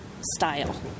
style